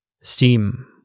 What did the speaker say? Steam